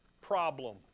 problem